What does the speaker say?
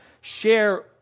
share